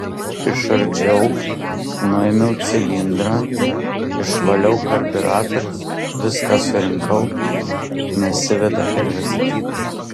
išardžiau nuėmiau cilindrą išvaliau karbiuratorius viską surinkau nesiveda ir viskas